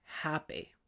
happy